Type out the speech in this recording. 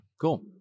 Cool